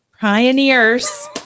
pioneers